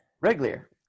Regular